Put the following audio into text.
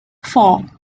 four